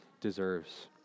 deserves